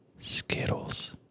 skittles